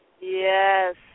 Yes